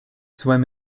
swam